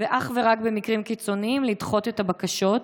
ואך ורק במקרים קיצוניים לדחות את הבקשות,